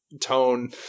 tone